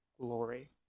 glory